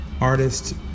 artist